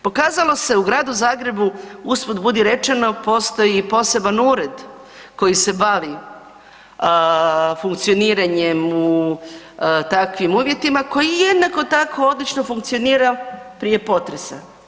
Pokazalo se u gradu Zagrebu usput budi rečeno postoji poseban ured koji se bavi funkcioniranjem u takvim uvjetima koji jednako tako odlično funkcionira prije potresa.